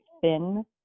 thin